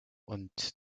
und